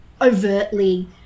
overtly